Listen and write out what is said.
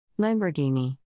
Lamborghini